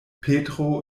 petro